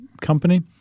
company